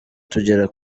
tugera